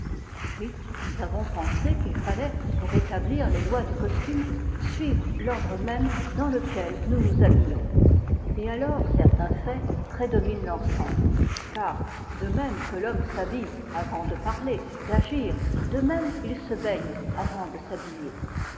puis nous avons pensé qu'il fallait pour établir les lois du costume suivre l'ordre même dans lequel nous nous habillons et alors certains faits prédominent l'ensemble car de même que l'homme s'habille avant de parler d'agir de même il se baigne avant de s'habiller